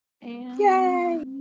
Yay